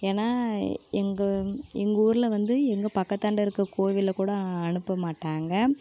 ஏன்னா எங்கள் எங்கள் ஊரில் வந்து எங்கள் பக்கத்தாண்ட இருக்க கோவில் கூட அனுப்ப மாட்டாங்க